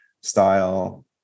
style